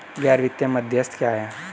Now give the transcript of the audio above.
गैर वित्तीय मध्यस्थ क्या हैं?